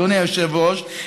אדוני היושב-ראש,